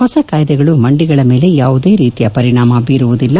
ಹೊಸ ಕಾಯ್ಲೆಗಳು ಮಂಡಿಗಳ ಮೇಲೆ ಯಾವುದೇ ರೀತಿಯ ಪರಿಣಾಮ ಬೀರುವುದಿಲ್ಲ